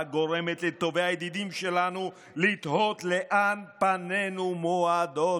הגורמת לטובי הידידים שלנו לתהות לאן פנינו מועדות.